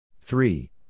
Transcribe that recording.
three